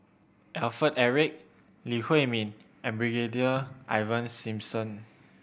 Alfred Eric Lee Huei Min and Brigadier Ivan Simson